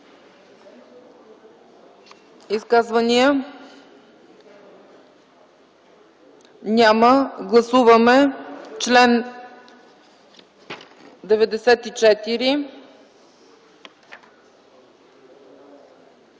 изказвания? Няма. Гласуваме чл. 98